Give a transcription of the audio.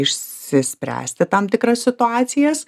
išsispręsti tam tikras situacijas